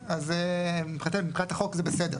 אז מבחינת החוק זה בסדר,